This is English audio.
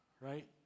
right